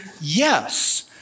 yes